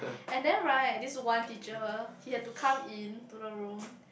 and then right this one teacher he had to come in to the room